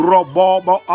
Robobo